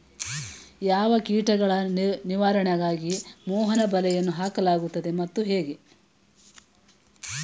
ಯಾವ ಕೀಟಗಳ ನಿವಾರಣೆಗಾಗಿ ಮೋಹನ ಬಲೆಗಳನ್ನು ಹಾಕಲಾಗುತ್ತದೆ ಮತ್ತು ಹೇಗೆ?